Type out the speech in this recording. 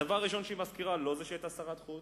הדבר הראשון שהיא מזכירה הוא לא שהיא היתה שרת החוץ,